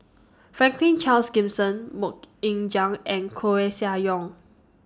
Franklin Charles Gimson Mok Ying Jang and Koeh Sia Yong